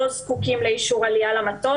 לא זקוקים לאישור עלייה למטוס.